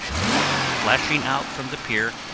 and flashing out from the pier,